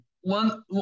One